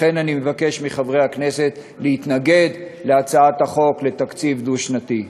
לכן אני מבקש מחברי הכנסת להתנגד להצעת החוק בדבר תקציב דו-שנתי.